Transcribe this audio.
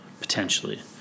potentially